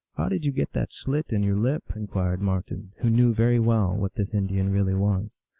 how did you get that slit in your lip? inquired marten, who knew very well what this indian really was.